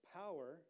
power